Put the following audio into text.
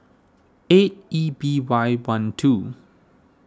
eight E B Y one two